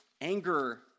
Anger